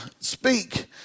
speak